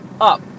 up